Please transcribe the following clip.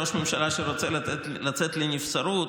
ראש ממשלה שרוצה לצאת לנבצרות,